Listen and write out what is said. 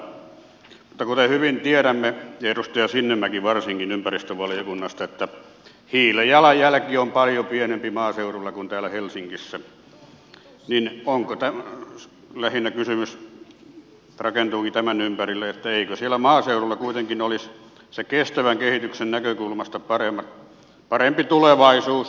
mutta kuten hyvin tiedämme ja edustaja sinnemäki varsinkin ympäristövaliokunnasta hiilijalanjälki on paljon pienempi maaseudulla kuin täällä helsingissä ja lähinnä kysymys rakentuukin tämän ympärille eikö siellä maaseudulla kuitenkin olisi sen kestävän kehityksen näkökulmasta parempi tulevaisuus